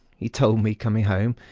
he told me, coming home,